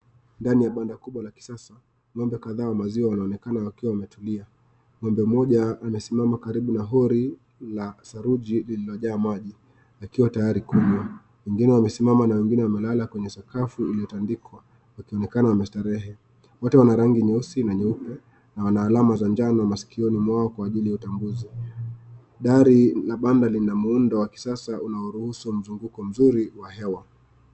Ndani ya banda kubwa la kisasa ng'ombe kadhaa wa maziwa wanaonekana wakiwa wametulia. Ng'ombe mmoja amesimama karibu na lori la saruji lililojaa maji akiwa tayari kunywa. Wengine wamesimama na wengine wamelala kwenye sakafu iliyotandikwa wakionekana wamestarehe. Wote wana rangi nyeusi na nyeupe na wana alama za njano masikioni mwao kwa ajili ya utambuzi. Dari la banda lina muundo wa kisasa unaoruhusu mzunguko mzuri wa hewa.